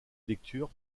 lecture